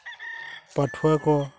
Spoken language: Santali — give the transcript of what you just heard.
ᱯᱟᱹᱴᱷᱣᱟᱹ ᱠᱚ